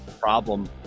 problem